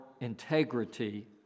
integrity